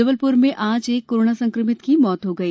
जबलपुर में आज एक कोरोना संकमित की मौत हो गई